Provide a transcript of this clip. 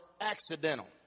accidental